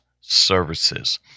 services